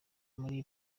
muri